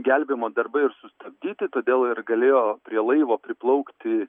gelbėjimo darbai ir sustabdyti todėl ir galėjo prie laivo priplaukti